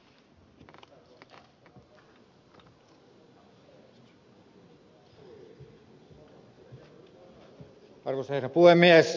arvoisa herra puhemies